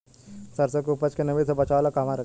सरसों के उपज के नमी से बचावे ला कहवा रखी?